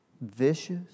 vicious